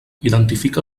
identifica